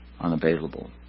unavailable